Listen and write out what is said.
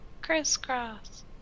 Crisscross